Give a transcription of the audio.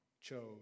chose